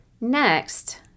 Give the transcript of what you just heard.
Next